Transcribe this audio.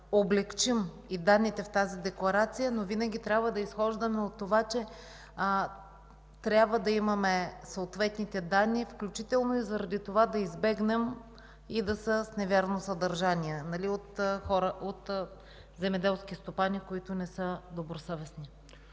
облекчим данните в тази декларация, но винаги трябва да изхождаме от това, че трябва да имаме съответните данни, включително и заради това да избегнем да са с невярно съдържание от земеделски стопани, които не са добросъвестни.